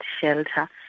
shelter